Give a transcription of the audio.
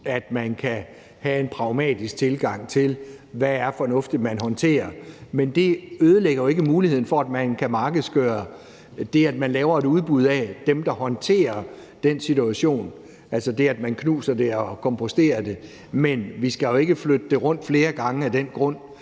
at man kan have en pragmatisk tilgang til, hvad der er fornuftigt man håndterer. Men det ødelægger jo ikke muligheden for, at man kan markedsgøre det, at man laver et udbud, i forhold til hvem der håndterer den situation, altså det, at man knuser det og komposterer det. Men vi skal jo ikke flytte det rundt flere gange af den grund,